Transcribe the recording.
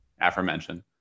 aforementioned